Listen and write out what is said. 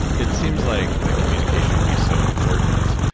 it seems like like communication would be so important,